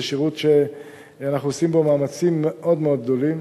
זה שירות שאנחנו עושים בו מאמצים מאוד מאוד גדולים.